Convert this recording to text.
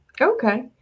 Okay